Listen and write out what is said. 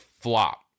flop